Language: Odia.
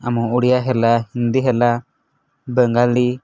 ଆମ ଓଡ଼ିଆ ହେଲା ହିନ୍ଦୀ ହେଲା ବଙ୍ଗାଲୀ